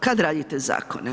Kad radite zakone?